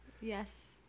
Yes